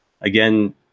again